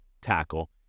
tackle